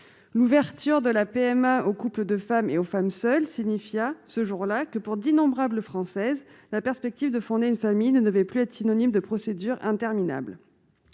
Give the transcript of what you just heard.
l'ouverture de la PMA aux couples de femmes et aux femmes seules signifia ce jour-là que pour d'innombrables française, la perspective de fonder une famille ne devait plus être synonyme de procédures interminables,